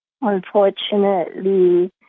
Unfortunately